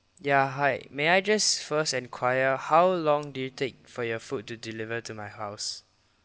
ya hi may I just first enquire how long do you take for your food to deliver to my house